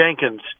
Jenkins